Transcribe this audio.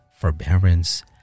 forbearance